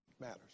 matters